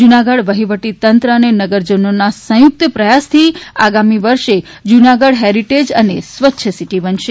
જૂનાગઢ વહિવટીતંત્ર અને નગરજનોના સંયુક્ત પ્રયાસથી આગામી વર્ષે જૂનાગઢ હેરિટેઝ અને સ્વચ્છ સીટી બનશે